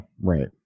right